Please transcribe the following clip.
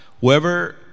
Whoever